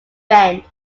bend